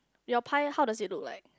your pie how does it look like